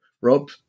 Rob